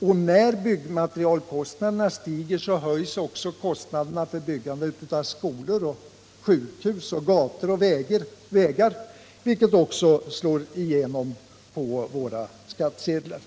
Och när byggmaterialkostnaderna stiger, höjs också kostnaderna för byggande av skolor, sjukhus, gator och vägar, vilket även slår igenom på våra skattsedlar.